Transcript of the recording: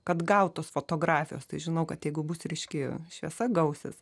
kad gautųs fotografijos tai žinau kad jeigu bus ryški šviesa gausis